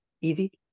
easy